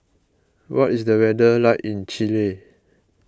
what is the weather like in Chile